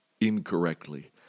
incorrectly